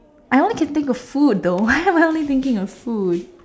I only can think of food though why am I only thinking of food